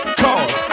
cause